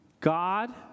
God